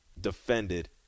defended